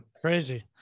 crazy